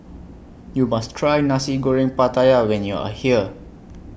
YOU must Try Nasi Goreng Pattaya when YOU Are here